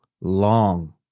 long